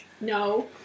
No